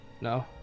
No